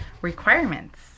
requirements